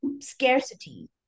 scarcity